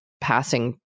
passing